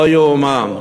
לא יאומן.